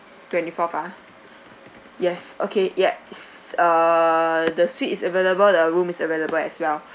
twenty-fourth ah yes okay yes err the suite is available the rooms is available as well